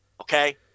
okay